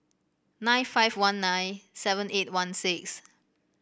nine five one nine seven eight one six